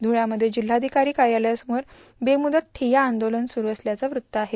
धुळ्यामध्ये जिल्हाधिकारी कार्यालयासमोर बेमुदत ठिया आंदोलन सुरू असल्याचं वृत्त आहे